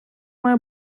має